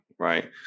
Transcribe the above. Right